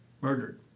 murdered